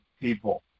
people